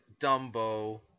Dumbo